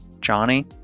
Johnny